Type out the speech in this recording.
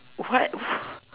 what